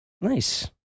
Nice